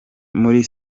muri